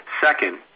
Second